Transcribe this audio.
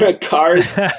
Cars